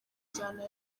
njyana